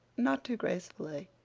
not too gracefully,